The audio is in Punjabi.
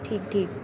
ਠੀਕ ਠੀਕ